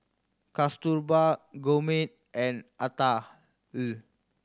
Kasturba Gurmeet and Atal